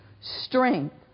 strength